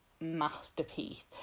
masterpiece